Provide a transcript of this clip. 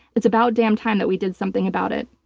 it's about damn time that we did something about it.